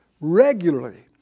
regularly